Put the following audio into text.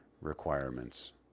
requirements